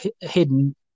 hidden